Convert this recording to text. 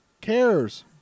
cares